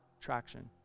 traction